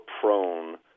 prone